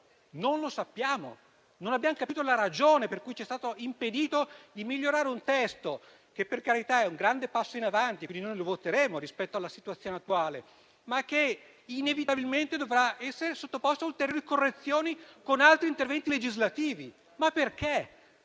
Non lo sappiamo e non abbiamo capito la ragione per cui ci è stato impedito di migliorare un testo che, per carità, è un grande passo in avanti rispetto alla situazione attuale (quindi noi lo voteremo), ma che inevitabilmente dovrà essere sottoposto a ulteriori correzioni con altri interventi legislativi. Perché?